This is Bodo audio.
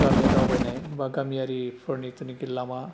गामियाव दावबायनाय बा गामियारिफोरनि थि लामा